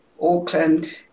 Auckland